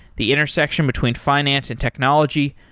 the intersection between finance and technology.